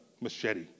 machete